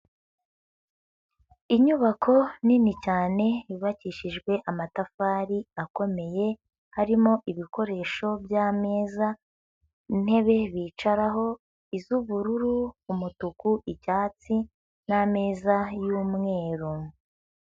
Inyubako nini cyane yubakishijwe amatafari akomeye, harimo ibikoresho by'ameza, intebe bicaraho, iz'ubururu, umutuku, icyatsi n'ameza y'umweru.